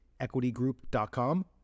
EquityGroup.com